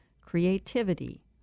creativity